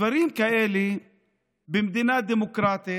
דברים כאלה במדינה דמוקרטית,